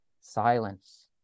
silence